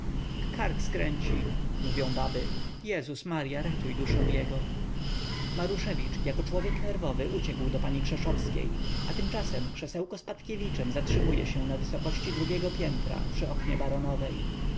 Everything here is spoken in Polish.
kark skręci mówią baby jezus marya ratuj duszę jego maruszewicz jako człowiek nerwowy uciekł do pani krzeszowskiej a tymczasem krzesełko z patkiewiczem zatrzymuje się na wysokości drugiego piętra przy oknie